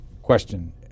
Question